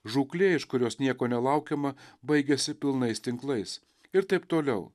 žūklė iš kurios nieko nelaukiama baigiasi pilnais tinklais ir taip toliau